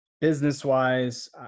business-wise